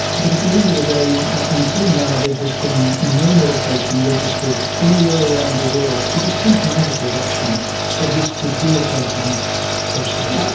but at the end of the day, until now there has been no medication registered anywhere around the world for the symptomatic reduction of this debilitating process.